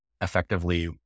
effectively